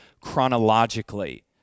chronologically